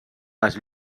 les